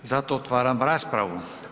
Zato otvaram raspravu.